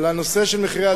על נושא מחירי הדלק,